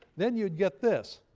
then you'd get this.